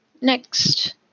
next